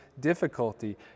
difficulty